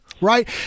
right